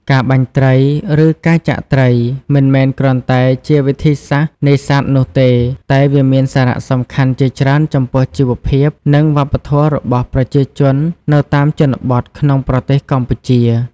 ការបាញ់ត្រី ឬការចាក់ត្រី មិនមែនគ្រាន់តែជាវិធីសាស្ត្រនេសាទនោះទេ តែវាមានសារៈសំខាន់ជាច្រើនចំពោះជីវភាព និងវប្បធម៌របស់ប្រជាជននៅតាមជនបទក្នុងប្រទេសកម្ពុជា។